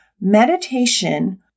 meditation